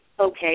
okay